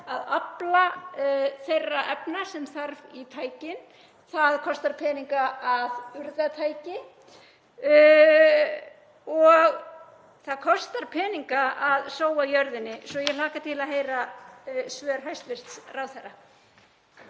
að afla þeirra efna sem þarf í tækin. Það kostar peninga að urða tæki og það kostar peninga að sóa jörðinni. Ég hlakka til að heyra svör hæstv. ráðherra.